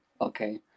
okay